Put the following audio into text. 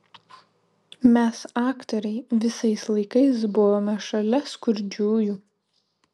mes aktoriai visais laikais buvome šalia skurdžiųjų